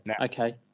Okay